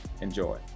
Enjoy